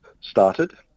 started